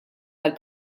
għall